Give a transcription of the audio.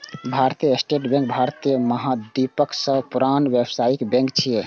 भारतीय state bank भारतीय महाद्वीपक सबसं पुरान व्यावसायिक बैंक छियै